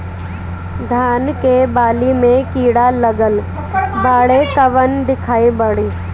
धान के बाली में कीड़ा लगल बाड़े कवन दवाई पड़ी?